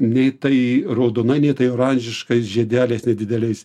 nei tai raudonai nei tai oranžiškai žiedeliais nedideliais